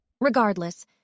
Regardless